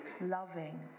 loving